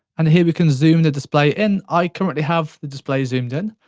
and here we can zoom the display in. i currently have the display zoomed in.